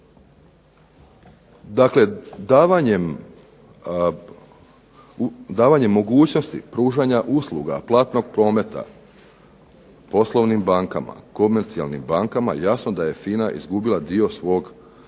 Dakle, davanjem mogućnosti pružanja usluga platnog prometa poslovnim bankama, komercijalnim bankama jasno da je FINA izgubila dio svog poslovanja